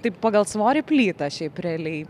taip pagal svorį plyta šiaip realiai